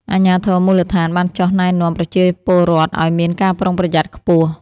អាជ្ញាធរមូលដ្ឋានបានចុះណែនាំប្រជាពលរដ្ឋឱ្យមានការប្រុងប្រយ័ត្នខ្ពស់។